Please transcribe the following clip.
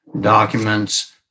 documents